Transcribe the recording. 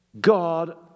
God